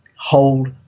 hold